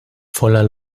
voller